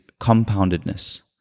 compoundedness